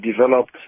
developed